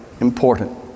important